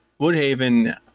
Woodhaven